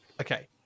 Okay